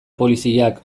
poliziak